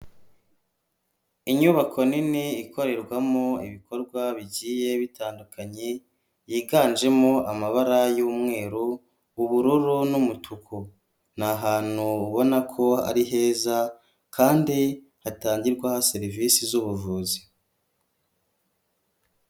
Inyubako nini ikorerwamo ibikorwa bigiye bitandukanye yiganjemo amabara y'umweru, ubururu n'umutuku. Ni ahantu ubona ko ari heza kandi hatangirwa serivisi z'ubuvuzi.